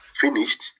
finished